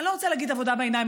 אני לא רוצה לומר עבודה בעיניים,